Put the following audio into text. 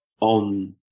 on